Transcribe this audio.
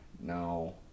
No